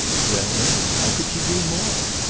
well then, how could she do more?